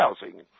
housing